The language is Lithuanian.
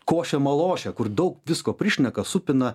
košę malošę kur daug visko prišneka supina